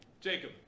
Jacob